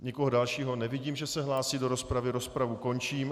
Nikoho dalšího nevidím, že se hlásí do rozpravy, rozpravu končím.